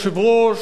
אדוני היושב-ראש,